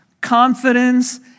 confidence